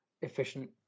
efficient